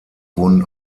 wurden